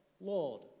lord